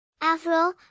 Avril